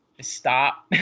stop